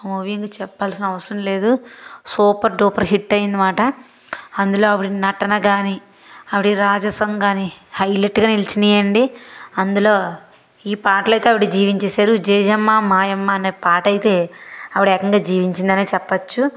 ఆ మూవీ ఇంకా చెప్పాల్సిన అవసరం లేదు సూపర్ డూపర్ హిట్ అయింది అనమాట అందులో ఆవిడ నటన కానీ ఆవిడ రాజసం కానీ హైలెట్గా నిలిచినాయండి అందులో ఈ పాటలైతే ఆవిడ జీవించేశారు జేజమ్మా మాయమ్మ అనే పాట అయితే ఆవిడేకంగా జీవించిందనే చెప్పొచ్చు